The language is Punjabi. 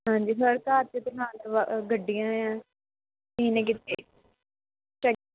ਹਾਂਜੀ ਸਰ ਘਰ 'ਚ ਤਾਂ ਗੱਡੀਆਂ ਆ